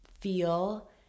feel